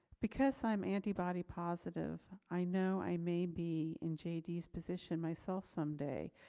because i'm antibody positive. i know i may be in jd's position myself someday,